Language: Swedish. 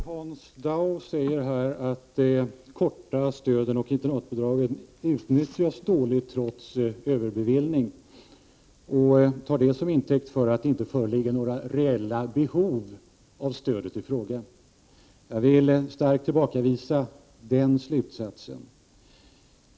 Herr talman! Hans Dau säger att korttidsstudiestödet och internatbidragen utnyttjas dåligt trots överbeviljning. Han tar det till intäkt för att det inte skulle föreligga några reella behov av stöden i fråga. Jag vill starkt tillbakavisa den slutsatsen.